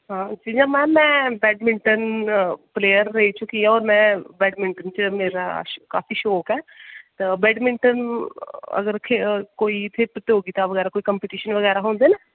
actually madam में badminton player रेही चुकी दी होर में बैडमिंटन च मेरा काफी शौक ऐ ते बैडमिंटन कोई अगर कम्पीटिशन जां प्रतियोगिता बगैरा होंदे न